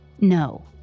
No